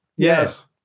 Yes